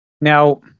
Now